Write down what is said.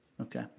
Okay